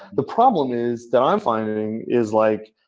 the problem is that i'm finding is like